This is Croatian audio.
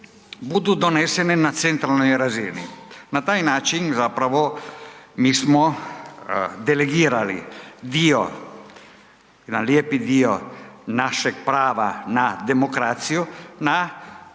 na centralnoj razini. Na taj način zapravo mi smo delegirali dio, jedan lijepi dio našeg prava na demokraciju, na